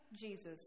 Jesus